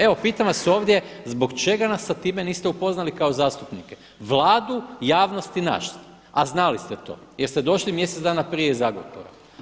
Evo pitam vas ovdje zbog čega nas sa time niste upoznali kao zastupnike – Vladu, javnost i nas a znali ste to, jer ste došli mjesec dana prije iz Agrokora.